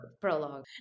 prologue